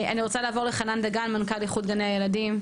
אני רוצה לעבור לחנן דגן מנכ"ל איחוד גני הילדים.